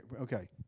Okay